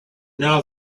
now